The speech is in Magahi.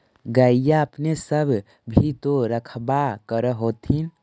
गईया अपने सब भी तो रखबा कर होत्थिन?